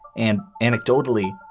and anecdotally,